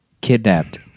kidnapped